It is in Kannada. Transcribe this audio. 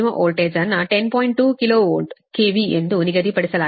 2 ಕಿಲೋ ವೋಲ್ಟ್ k v ಎಂದು ನಿಗದಿಪಡಿಸಲಾಗಿದೆ